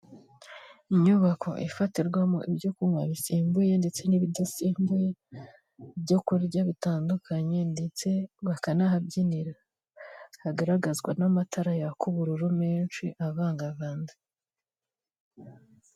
Inyubako ifatirwamo ibyo kunywa bisembuye ndetse n'ibidasembuye, ibyo kurya bitandukanye ndetse bakanahabyinira, hagaragazwa n'amatara yaka ubururu menshi avangavanze.